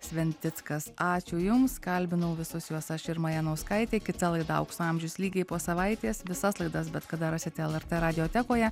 sventickas ačiū jums kalbinau visus juos aš irma janauskaitė kita laida aukso amžius lygiai po savaitės visas laidas bet kada rasite lrt radiotekoje